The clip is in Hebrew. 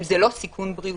אם זה לא סיכון בריאותי.